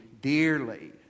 dearly